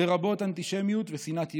לרבות אנטישמיות ושנאת יהודים.